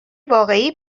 واقعی